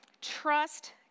Trust